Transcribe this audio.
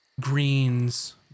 greens